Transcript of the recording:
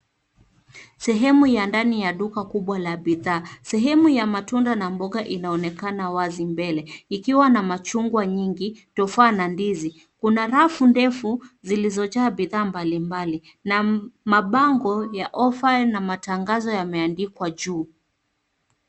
Sehemu ya ndani ya duka kubwa la bidhaa . Sehemu ya matunda na mboga inaonekana wazi mbele, ikiwa na machungwa nyingi, tufaa na ndizi. Kuna rafu ndefu zilizojaa bidhaa mbali mbali, na mabango ya ofa na matangazo yameandikwa juu.